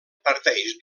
parteix